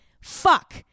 fuck